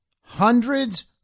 hundreds